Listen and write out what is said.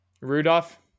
Rudolph